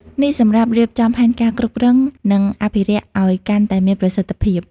នេះសម្រាប់រៀបចំផែនការគ្រប់គ្រង និងអភិរក្សឱ្យកាន់តែមានប្រសិទ្ធភាព។